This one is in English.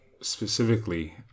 specifically